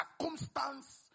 circumstance